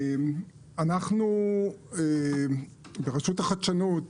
המטרה שלנו ברשות החדשנות